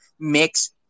mix